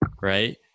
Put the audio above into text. right